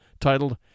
titled